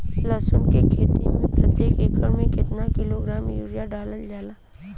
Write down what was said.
लहसुन के खेती में प्रतेक एकड़ में केतना किलोग्राम यूरिया डालल जाला?